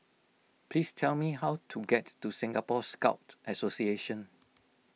please tell me how to get to Singapore Scout Association